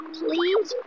please